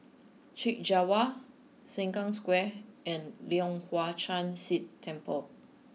Chek Jawa Sengkang Square and Leong Hwa Chan Si Temple